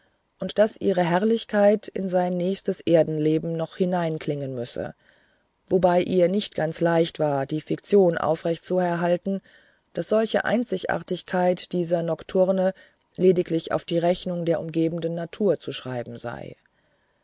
und daß ihre herrlichkeit in sein nächstes erdenleben noch hineinklingen müsse wobei ihr nicht ganz leicht war die fiktion aufrecht zu erhalten daß solche einzigartigkeit dieser nokturne lediglich auf die rechnung der umgebenden natur zu schreiben sei